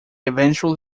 eventually